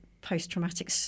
post-traumatic